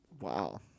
Wow